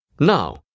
Now